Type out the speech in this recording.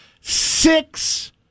Six